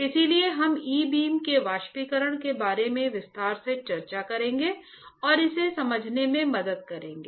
इसलिए हम e beam के वाष्पीकरण के बारे में विस्तार से चर्चा करेंगे और इसे समझने में मदद करेंगे